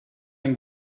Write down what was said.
ein